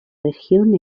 región